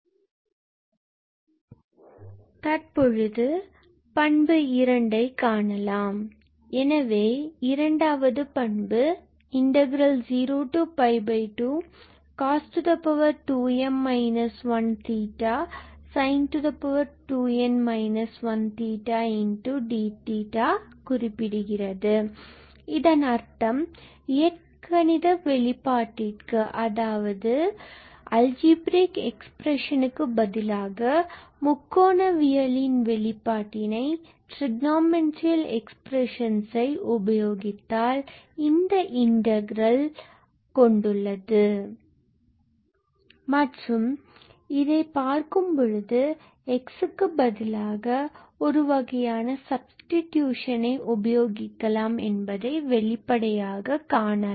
தற்பொழுது பண்பு இரண்டை காணலாம் எனவே இரண்டாவது பண்பு 02cos2m 1 sin2n 1 dஇதை குறிப்பிடுகிறது இதன் அர்த்தம் இயற்கணிதம் வெளிப்பாட்டிற்கு பதிலாக முக்கோணவியலின் வெளிப்பாட்டினை இந்த இன்டர்கிரண்ட்ஸ் கொண்டுள்ளது மற்றும் இதை பார்க்கும் பொழுது x க்கு பதிலாக ஒரு வகையான சப்ஸ்டிடியூஷன் உபயோகிக்கலாம் என்பதை வெளிப்படையாக காணலாம்